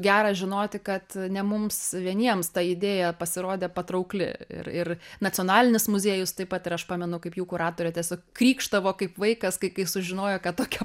gera žinoti kad ne mums vieniems ta idėja pasirodė patraukli ir ir nacionalinis muziejus taip pat ir aš pamenu kaip jų kuratorė tiesiog krykštavo kaip vaikas kai kai sužinojo kad tokia